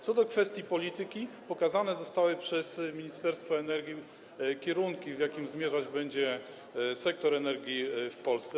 Co do kwestii polityki to pokazane zostały przez Ministerstwo Energii kierunki, w jakim zmierzać będzie sektor energii w Polsce.